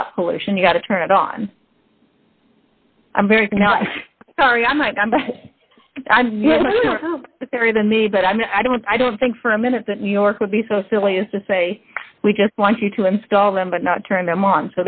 stop pollution you've got to turn it on i'm very sorry i'm like i'm but i'm very than me but i mean i don't i don't think for a minute that york would be so silly as to say we just want you to install them but not turn them on